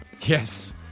Yes